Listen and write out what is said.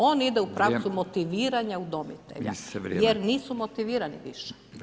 On ide u pravcu motiviranja udomitelja jer nisu motivirani više.